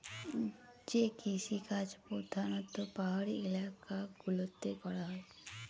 যে কৃষিকাজ প্রধানত পাহাড়ি এলাকা গুলোতে করা হয়